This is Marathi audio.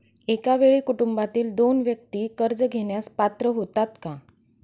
एका वेळी कुटुंबातील दोन व्यक्ती कर्ज घेण्यास पात्र होतात का?